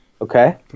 Okay